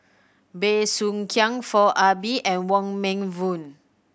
Bey Soo Khiang Foo Ah Bee and Wong Meng Voon